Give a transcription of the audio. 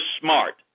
smart